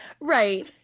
Right